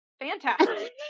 fantastic